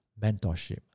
mentorship